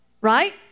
Right